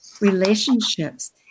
relationships